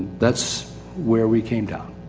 that's where we came down.